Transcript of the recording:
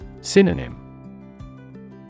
Synonym